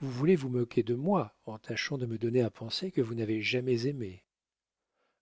vous voulez vous moquer de moi en tâchant de me donner à penser que vous n'avez jamais aimé